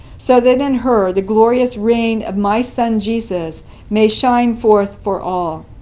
so that in her the glorious reign of my son jesus may shine forth for all.